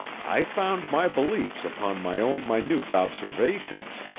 i found my beliefs upon my own minute observations,